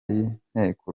y’inteko